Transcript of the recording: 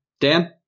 Dan